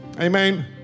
Amen